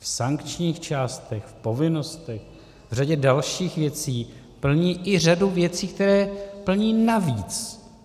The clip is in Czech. V sankčních částech, povinnostech, v řadě dalších věcí plní i řadu věcí, které plní navíc.